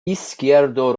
izquierdo